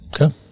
Okay